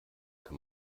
kann